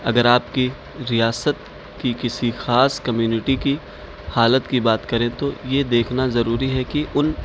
اگر آپ کی ریاست کی کسی خاص کمیونٹی کی حالت کی بات کریں تو یہ دیکھنا ضروری ہے کہ ان